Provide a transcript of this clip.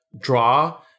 draw